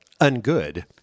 ungood